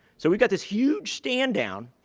so we've got this huge stand-down.